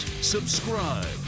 subscribe